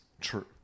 true